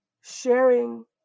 sharing